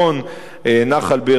נחל באר-שבע,